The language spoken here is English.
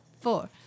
four